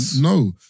no